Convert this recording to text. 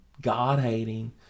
God-hating